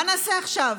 מה נעשה עכשיו?